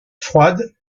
froide